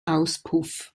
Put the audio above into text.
auspuff